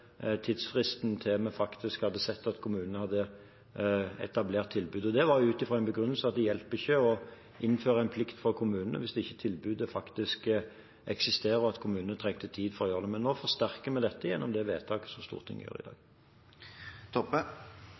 tidsfrist til en så at kommunene hadde etablert tilbudet, ut fra den begrunnelse at det hjelper ikke å innføre en plikt for kommunene hvis tilbudet faktisk ikke eksisterer, og at kommunene trenger tid til å etablere det. Nå forsterker vi dette – gjennom det vedtaket som Stortinget gjør i dag.